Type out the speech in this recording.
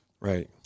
Right